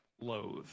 loathe